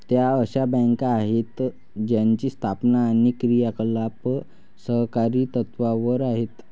त्या अशा बँका आहेत ज्यांची स्थापना आणि क्रियाकलाप सहकारी तत्त्वावर आहेत